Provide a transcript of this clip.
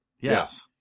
Yes